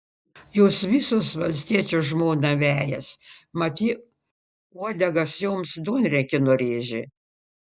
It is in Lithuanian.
jos visos valstiečio žmoną vejas mat ji uodegas joms duonriekiu nurėžė